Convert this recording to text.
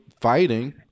fighting